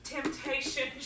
Temptation